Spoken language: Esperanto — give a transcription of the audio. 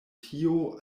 tio